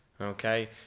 okay